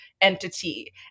entity